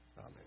Amen